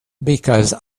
because